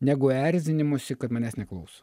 negu erzinimosi kad manęs neklauso